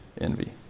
envy